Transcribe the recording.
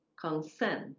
consent